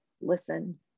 listen